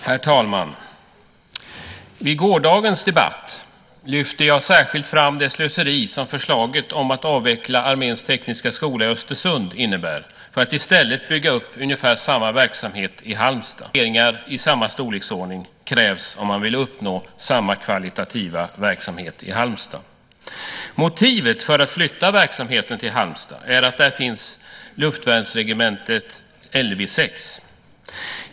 Herr talman! I gårdagens debatt lyfte jag särskilt fram det slöseri som förslaget om att avveckla Arméns tekniska skola i Östersund för att i stället bygga upp ungefär samma verksamhet i Halmstad innebär. Gjorda miljardinvesteringar kastas i sjön, och nya investeringar i samma storleksordning krävs om man vill uppnå samma kvalitativa verksamhet i Halmstad. Motivet för att flytta verksamheten till Halmstad är att där finns luftvärnsregementet Lv 6.